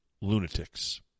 lunatics